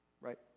Right